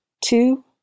two